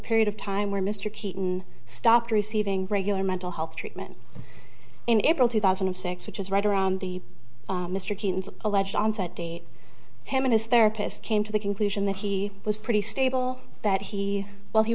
period of time where mr keaton stopped receiving regular mental health treatment in april two thousand and six which is right around the mr king's alleged onset date him and his therapist came to the conclusion that he was pretty stable that he while he